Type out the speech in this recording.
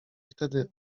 wtedy